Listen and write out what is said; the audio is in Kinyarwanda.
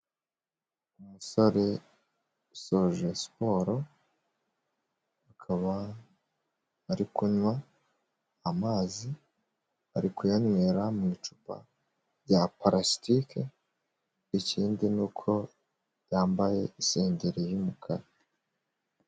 Umusore usoje siporo akaba ari kunywa amazi ari kuyanywera mu icupa rya palasitike ikindi ni uko yambaye isengeri y'umukara.